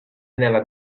nella